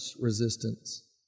resistance